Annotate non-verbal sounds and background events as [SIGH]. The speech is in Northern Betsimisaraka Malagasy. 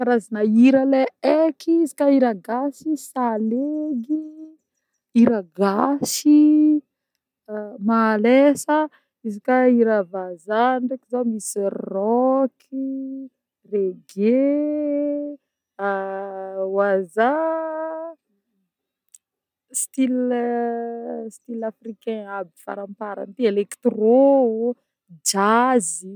Karazagna hira le eky, izy koà hira gasy: salegy, hira gasy-y, a-malesa, izy koà hira vazah ndreky zô misy rock, reggae, [HESITATION] wazaa, style style [HESITATION] africain aby faramparany ty, électro, jazz.